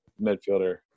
midfielder